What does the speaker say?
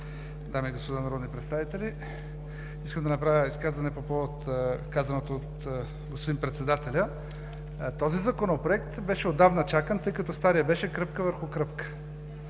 Дами и господа народни представители! Искам да направя изказване по повод казаното от господин Председателя. Този Законопроект беше отдавна чакан, тъй като старият беше кръпка върху кръпка.